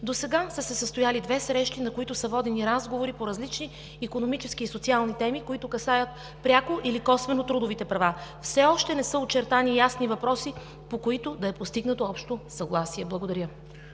Досега са се състояли две срещи, на които са водени разговори по различни икономически и социални теми, които касаят пряко или косвено трудовите права. Все още не са очертани ясни въпроси, по които да е постигнато общо съгласие. Благодаря.